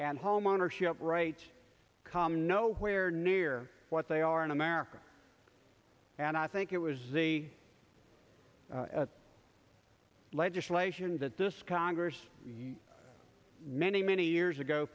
and homeownership rates come nowhere near what they are in america and i think it was a legislation that this congress many many years ago